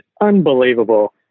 unbelievable